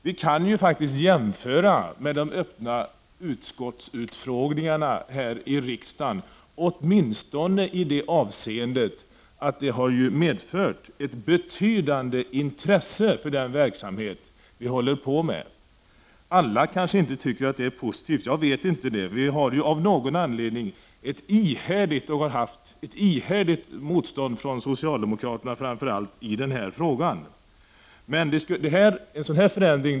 Vi kan ju jämföra med de öppna utskottsutfrågningarna här i riksdagen, åtminstone i det avseendet att de har medfört ett betydande intresse för den verksamhet vi håller på med. Alla kanske inte tycker att det är positivt — jag vet inte. Vi har av någon anledning mött och möter ett ihärdigt motstånd från framför allt socialdemokraterna i denna fråga. En förändring av detta slag skulle vitalisera livet i kommunerna.